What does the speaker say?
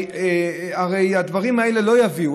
הרי הדברים האלה לא יביאו,